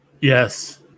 Yes